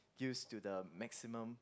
used to the maximum